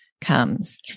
comes